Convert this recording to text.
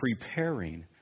preparing